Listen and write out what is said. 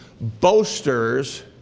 boasters